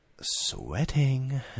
sweating